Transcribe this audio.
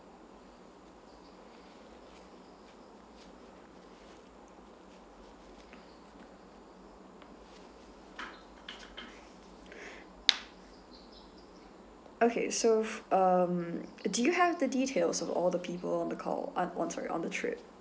okay so um do you have the details of all the people on the call uh I'm sorry on the trip